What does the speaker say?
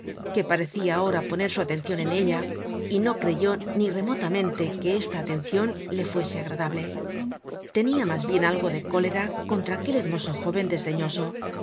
que parecia ahora poner su atencion en ella y no creyó ni remotamente que esta atencion le fuese agradable tenia mas bien algo de cólera contra aquel hermoso jóven desdeñoso